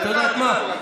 ואת יודעת מה,